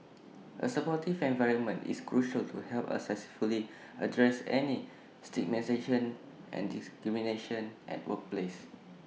A supportive environment is crucial to help us successfully address any stigmatisation and discrimination at workplace